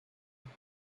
tout